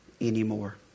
anymore